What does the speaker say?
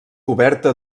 coberta